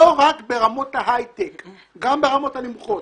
רק ברמות ההיי-טק אלא גם ברמות הנמוכות.